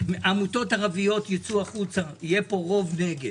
עמותות ערביות ייצאו החוצה ויהיה פה רוב נגד,